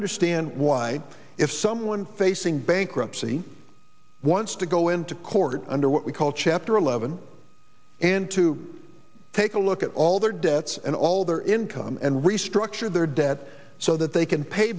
understand why if someone facing bankruptcy once to go into court under what we call chapter eleven and to take a look at all their debts and all their income and restructure their debt so that they can pay